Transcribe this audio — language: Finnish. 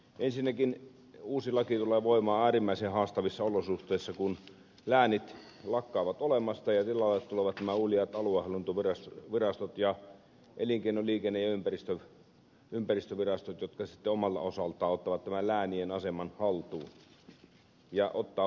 ensinnäkin uusi laki tulee voimaan äärimmäisen haastavissa olosuhteissa kun läänit lakkaavat olemasta ja tilalle tulevat nämä uljaat aluehallintovirastot ja elinkeino liikenne ja ympäristövirastot jotka sitten omalta osaltaan ottavat tämän läänien aseman haltuun